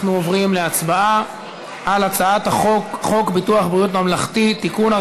אנחנו עוברים להצבעה על הצעת חוק ביטוח בריאות ממלכתי (תיקון,